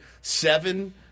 seven